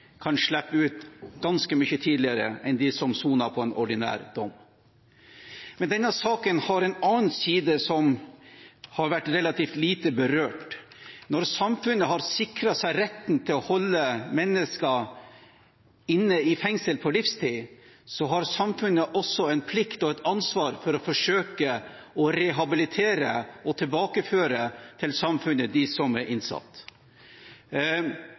kan slippe ut ganske mye tidligere enn de som soner en ordinær dom. Men denne saken har en annen side, som har vært relativt lite berørt: Når samfunnet har sikret seg retten til å holde mennesker i fengsel på livstid, så har samfunnet også en plikt til og et ansvar for å forsøke å rehabilitere og tilbakeføre til samfunnet dem som er innsatt.